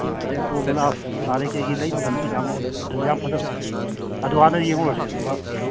ꯑꯗꯒꯤ ꯑꯟꯇꯣ ꯒꯨꯂꯥꯞ ꯅꯥꯔꯩꯀꯩꯒꯤ ꯂꯩ ꯃꯈꯟ ꯃꯈꯟ ꯌꯥꯝ ꯍꯧꯋꯤ ꯑꯗꯨꯁꯨ ꯌꯥꯝ ꯐꯖꯕꯅꯤ ꯑꯗꯨ ꯍꯥꯟꯅ ꯌꯦꯡꯉꯨꯔꯁꯤ ꯑꯗꯨꯒ